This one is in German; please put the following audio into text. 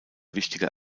wichtiger